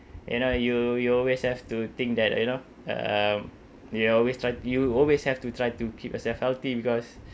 you know you you always have to think that you know um you always try you always have to try to keep yourself healthy because